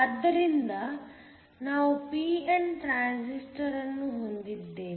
ಆದ್ದರಿಂದ ನಾವು pnp transistor ಅನ್ನು ಹೊಂದಿದ್ದೇವೆ